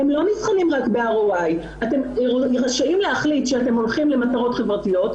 הם לא נבחנים --- אתם רשאים להחליט שאתם הולכים למטרות חברתיות,